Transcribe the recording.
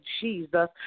Jesus